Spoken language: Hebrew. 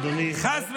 חס וחלילה.